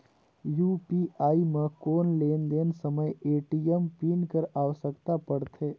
UPI म कौन लेन देन समय ए.टी.एम पिन कर आवश्यकता पड़थे?